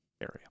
area